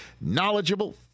knowledgeable